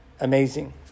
amazing